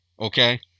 Okay